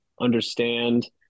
understand